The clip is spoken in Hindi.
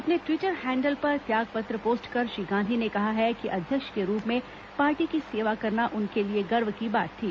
अपने टवीटर हैंडल पर त्याग पत्र पोस्ट कर श्री गांधी ने कहा है कि अध्यक्ष के रूप में पार्टी की सेवा करना उनके लिए गर्व की बात थी